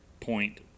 point